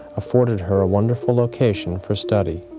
afforded her a wonderful location for study.